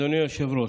אדוני היושב-ראש,